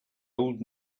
old